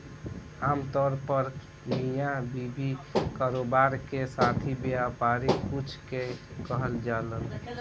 आमतौर पर मिया बीवी, कारोबार के साथी, व्यापारी कुल के कहल जालन